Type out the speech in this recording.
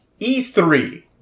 E3